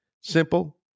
simple